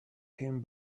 came